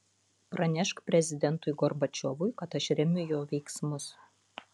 pranešk prezidentui gorbačiovui kad aš remiu jo veiksmus